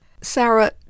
Sarah